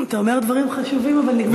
אתה אומר דברים חשובים, אבל נגמר לך הזמן.